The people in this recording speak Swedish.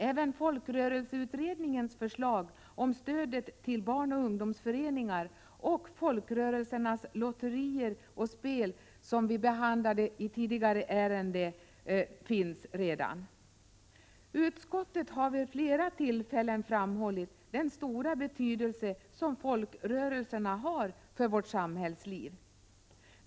Även folkrörelseutredningens förslag om stödet till barnoch ungdomsföreningar och till Folkrörelsernas lotterier och spel, som vi nyss behandlade, berörs. Utskottet har vid flera tillfällen framhållit den stora betydelse som folkrörelserna har för vårt samhällsliv.